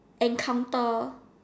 encounter